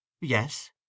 Yes